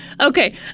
Okay